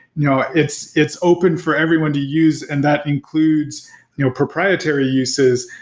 you know it's it's open for everyone to use, and that includes you know proprietary uses.